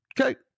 Okay